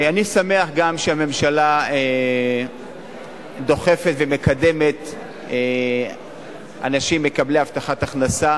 אני שמח גם שהממשלה דוחפת ומקדמת אנשים מקבלי הבטחת הכנסה